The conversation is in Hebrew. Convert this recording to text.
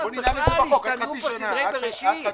אז בכלל ישתנו פה סדרי בראשית.